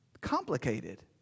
complicated